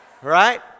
right